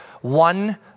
one